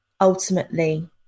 ultimately